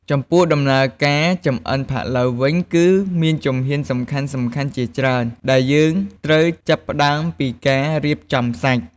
ចំពោះ ដំណើរការចម្អិនផាក់ឡូវវិញ គឺមានជំហានសំខាន់ៗជាច្រើន ដែលយើងត្រូវចាប់ផ្ដើមពីការរៀបចំសាច់។